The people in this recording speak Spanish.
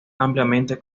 ampliamente